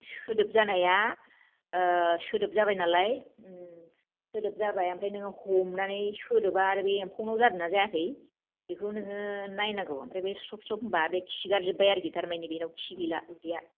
सोदोब जानाया सोदोब जाबाय नालाय सोदोब जाबाय आमफ्राय नोंङो हमनानै सोदोबा आरो बे एमफौनाव जादों ना जायाखै बेखौ नोङो नायनांगौ आमफ्राय स्रुब स्रुब होनब्ला बे खिगार जोबबाय आरोखि थारमायनि बेनाव खि गैला उदैआ